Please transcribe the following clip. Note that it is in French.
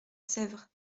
sèvre